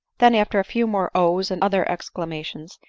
then after a few more ohs, and other exclamations,